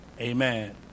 Amen